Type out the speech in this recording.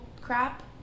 crap